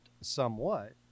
somewhat